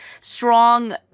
strong